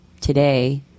today